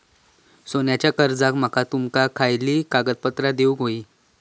सोन्याच्या कर्जाक माका तुमका खयली कागदपत्रा देऊक व्हयी?